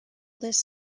this